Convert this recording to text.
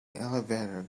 elevator